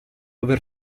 aver